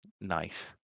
Nice